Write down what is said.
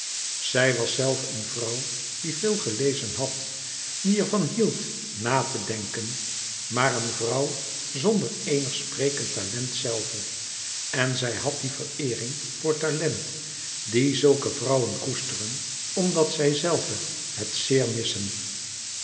zij was zelve een vrouw die veel gelezen had die er van hield na te denken maar een vrouw zonder eenig sprekend talent zelve en zij had die vereering voor talent die zulke vrouwen koesteren omdat zijzelve het zeer missen